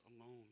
alone